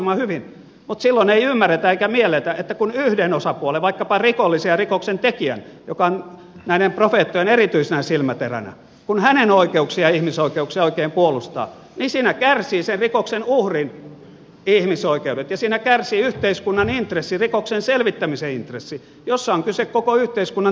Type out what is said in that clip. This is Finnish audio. mutta silloin ei ymmärretä eikä mielletä että kun yhden osapuolen vaikkapa rikollisen ja rikoksentekijän joka on näiden profeettojen erityisenä silmäteränä oikeuksia ja ihmisoikeuksia oikein puolustaa niin siinä kärsivät sen rikoksen uhrin ihmisoikeudet ja siinä kärsii yhteiskunnan intressi rikoksen selvittämisen intressi jossa on kyse koko yhteiskunnan turvallisuudesta